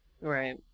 Right